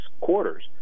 quarters